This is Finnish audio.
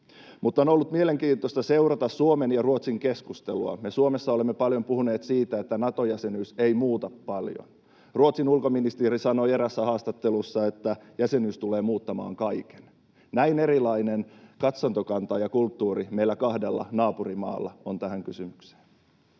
On ollut mielenkiintoista seurata Suomen ja Ruotsin keskusteluja. Me Suomessa olemme paljon puhuneet siitä, että Nato-jäsenyys ei muuta paljon. Ruotsin ulkoministeri sanoi eräässä haastattelussa, että jäsenyys tulee muuttamaan kaiken. Näin erilainen katsantokanta ja kulttuuri meillä kahdella naapurimaalla on tässä kysymyksessä.